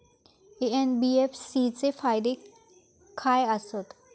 NBFC चे फायदे खाय आसत?